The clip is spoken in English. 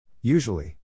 Usually